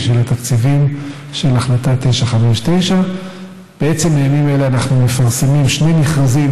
של התקציבים של החלטה 959. בעצם בימים אלה אנחנו מפרסמים שני מכרזים